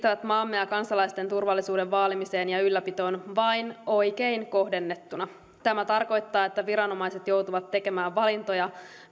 maamme ja kansalaisten turvallisuuden vaalimiseen ja ylläpitoon vain oikein kohdennettuina tämä tarkoittaa että viranomaiset joutuvat tekemään valintoja